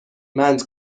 مند